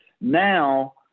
now